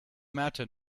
matter